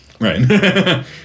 right